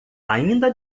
ainda